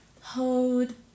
hold